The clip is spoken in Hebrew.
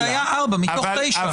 זה היה ארבעה מתוך תשעה.